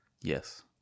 Yes